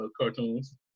cartoons